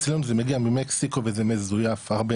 אצלנו זה מגיע ממקסיקו וזה מזויף הרבה,